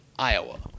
iowa